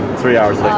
three hours late.